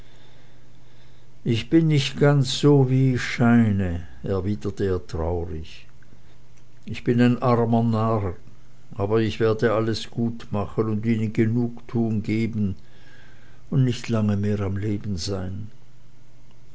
ich bin nicht ganz so wie ich scheine erwiderte er traurig ich bin ein armer narr aber ich werde alles gutmachen und ihnen genugtuung geben und nicht lange mehr am leben sein